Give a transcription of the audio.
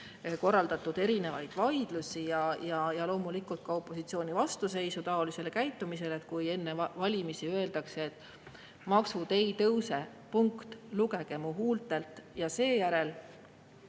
tõttu erinevaid vaidlusi ja loomulikult ka opositsiooni vastuseisu taolisele käitumisele. Kui enne valimisi öeldakse: "Maksud ei tõuse. Punkt. Lugege mu huultelt," ja seejärel,